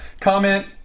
comment